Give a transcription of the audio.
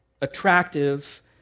attractive